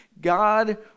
God